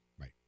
Right